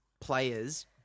players